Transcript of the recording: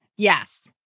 Yes